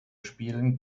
spielen